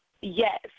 Yes